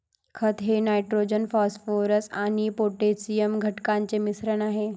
खत हे nitrogen phosphorus आणि पोटॅशियम घटकांचे मिश्रण आहे